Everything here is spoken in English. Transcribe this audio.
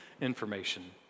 information